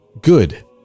Good